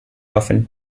often